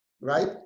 right